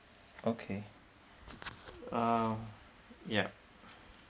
okay ah yeah